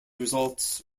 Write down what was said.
results